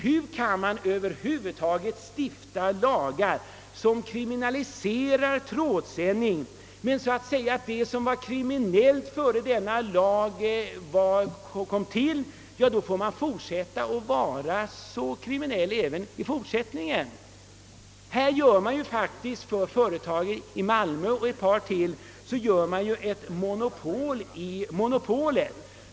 Hur kan man över huvud taget stifta lagar som kriminaliserar trådsändning men medger att företag, som så att säga var kriminella vid lagens tillkomst, får fortsätta med sin »kriminella» verksamhet? Undantag görs alltså för företaget i Malmö och för ett par till. Det blir ett monopol i monopolet.